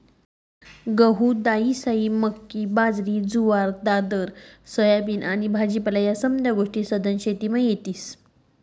गहू, दायीसायी, मक्की, बाजरी, जुवार, दादर, सोयाबीन आनी भाजीपाला ह्या समद्या गोष्टी सधन शेतीमा येतीस